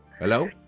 Hello